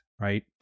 right